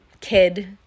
kid